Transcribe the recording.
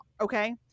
okay